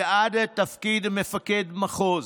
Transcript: ועד תפקיד מפקד מחוז.